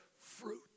fruit